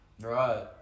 Right